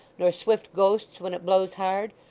nor swift ghosts when it blows hard,